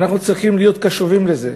ואנחנו צריכים להיות קשובים לזה.